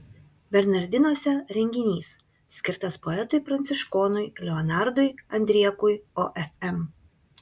bernardinuose renginys skirtas poetui pranciškonui leonardui andriekui ofm